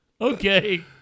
Okay